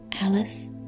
Alice